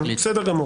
בסדר גמור.